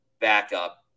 backup